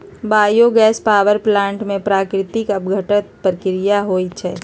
bio gas power plant में प्राकृतिक अपघटन प्रक्रिया होइ छइ